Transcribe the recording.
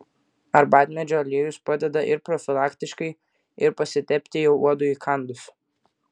arbatmedžio aliejus padeda ir profilaktiškai ir pasitepti jau uodui įkandus